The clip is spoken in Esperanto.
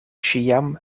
ĉiam